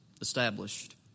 established